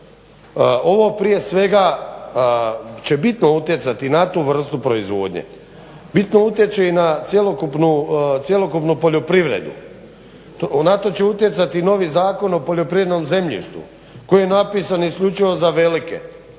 ovo prije svega će bitno utjecati na tu vrstu proizvodnje. Bitno utječe i na cjelokupnu poljoprivredu. Na to će utjecati i novi Zakon o poljoprivrednom zemljištu koji je napisan isključivo za velike.